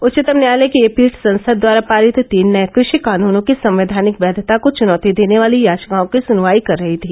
उच्चतम न्यायालय की यह पीठ संसद द्वारा पारित तीन नए कृषि कानूनों की संवैधानिक वैधता को चनौती देने वाली याचिकाओं की सुनवाई कर रही थी